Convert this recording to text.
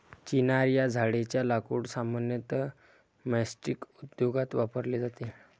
चिनार या झाडेच्या लाकूड सामान्यतः मैचस्टीक उद्योगात वापरले जाते